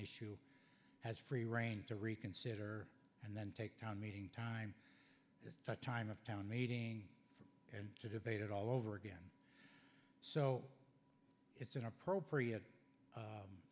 issue has free rein to reconsider and then take down meeting time is the time of town meeting and to debate it all over again so it's an appropriate